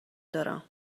دارم